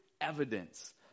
evidence